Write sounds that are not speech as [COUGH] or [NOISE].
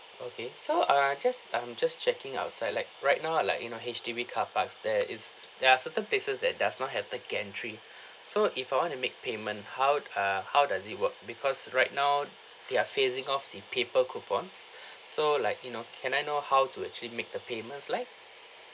okay so err just I'm just checking our site like right now like you know H_D_B car parks there is there are certain places that does not have the gantry [BREATH] so if I want to make payment how uh how does it work because right now they're phasing off the paper coupons [BREATH] so like you know can I know how to actually make the payments like